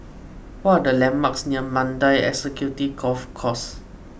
what are the landmarks near Mandai Executive Golf Course